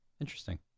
Interesting